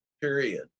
period